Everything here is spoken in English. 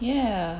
ya